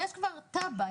יש כבר תב"ע,